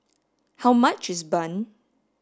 how much is bun